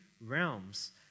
realms